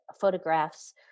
photographs